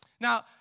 Now